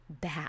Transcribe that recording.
bad